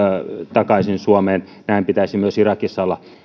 takaisin suomeen ja näin pitäisi myös irakissa olla